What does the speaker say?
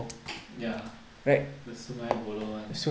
ya the sungei buloh [one]